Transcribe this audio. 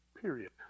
period